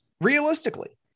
realistically